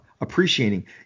appreciating